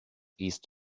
east